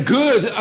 good